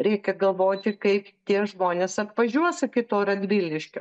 reikia galvoti kaip tie žmonės atvažiuos iki to radviliškio